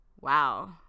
wow